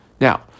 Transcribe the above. Now